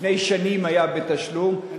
לפני שנים היה בתשלום,